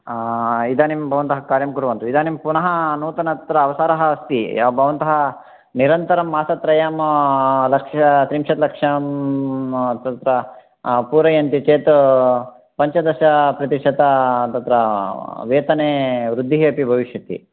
इदानीं भवन्तः कार्यं कुर्वन्तु इदानीं पुनः नूतन अत्र अवसरः अस्ति भवन्तः निरन्तरं मासत्रयं लक्ष त्रिंशत् लक्षं पूरयन्ति चेत् पञ्चदश प्रतिशत तत्र वेतने वृद्धिः अपि भविष्यति